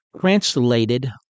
translated